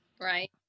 Right